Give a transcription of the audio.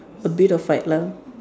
a bit of height lah